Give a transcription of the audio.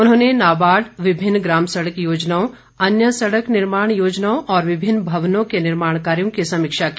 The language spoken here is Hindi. उन्होंने नाबार्ड विभिन्न ग्राम सड़क योजनाओं अन्य सड़क निर्माण योजनाओं और विभिन्न भवनों के निर्माण कार्यो की समीक्षा की